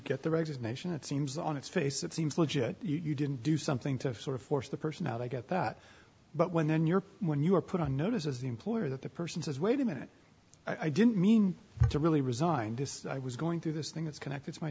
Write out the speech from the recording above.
get the right as a nation it seems on its face it seems legit you didn't do something to sort of force the person out i get that but when you're when you are put on notice as the employer that the person says wait a minute i didn't mean to really resigned this i was going through this thing that's connected to my